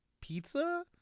pizza